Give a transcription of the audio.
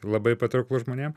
labai patrauklus žmonėms